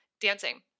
dancing